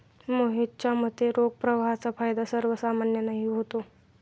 मोहितच्या मते, रोख प्रवाहाचा फायदा सर्वसामान्यांनाही होतो